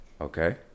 Okay